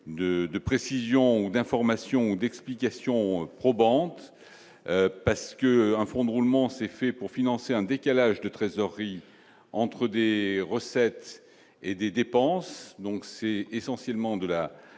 de précision, d'information ou d'explication probante parce que un fonds de roulement, c'est fait pour financer un décalage de trésorerie entre des recettes et des dépenses, donc c'est essentiellement de la de la